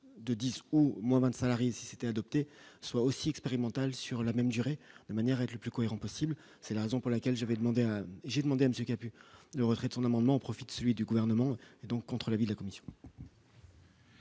de 10 ou moins 20 salariés si c'était adopté soit aussi expérimental sur la même durée de manière le plus cohérent possible, c'est la raison pour laquelle j'avais demandé, j'ai demandé à monsieur qui a pu le retrait de son amendement au profit de celui du gouvernement et donc contre la ville, a commis.